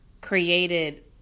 created